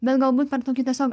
bet galbūt per tokį tiesiog